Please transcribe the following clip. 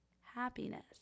happiness